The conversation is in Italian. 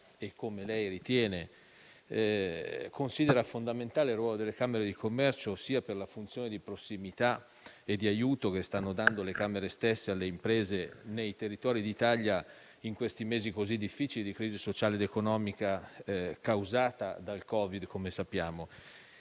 come lei ben sa, considera fondamentale il ruolo delle camere di commercio per la funzione di prossimità e di aiuto che stanno dando alle imprese nei territori d'Italia, in questi mesi così difficili di crisi sociale ed economica causata, come sappiamo,